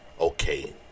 okay